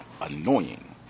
annoying